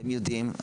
אתם יודעים,